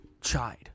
Chide